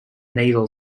naval